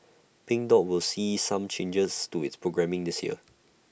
pink dot will see some changes to its programming this year